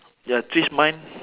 ya trees mine